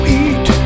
eat